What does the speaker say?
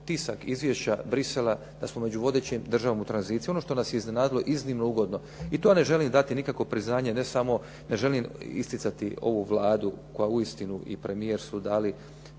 tisak, izvješća Bruxellesa da smo među vodećim državama u tranziciji. Ono što nas je iznenadilo iznimno ugodno. I to ne želim dati nikako priznanje ne samo ne želim isticati ovu Vladu koja uistinu i premijer su dali